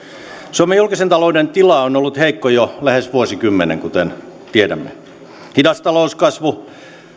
suomen julkisen talouden tila on ollut heikko jo lähes vuosikymmenen kuten tiedämme hidas talouskasvu